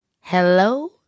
hello